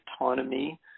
autonomy